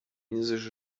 chinesische